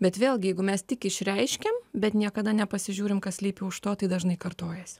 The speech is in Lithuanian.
bet vėlgi jeigu mes tik išreiškiam bet niekada nepasižiūrim kas slypi už to tai dažnai kartojasi